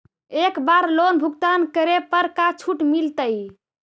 एक बार लोन भुगतान करे पर का छुट मिल तइ?